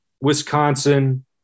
Wisconsin